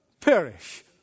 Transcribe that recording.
perish